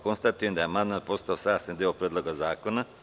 Konstatujem da je amandman postao sastavni deo Predloga zakona.